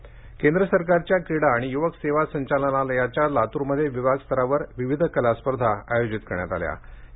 लातर केंद्र सरकारच्या क्रीडा आणि युवक सेवा संचालनालयाच्या लातूरमध्ये विभाग स्तरावर विविध कला स्पर्धा आयोजित करण्यात आल्या होत्या